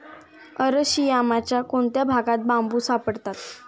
अरशियामाच्या कोणत्या भागात बांबू सापडतात?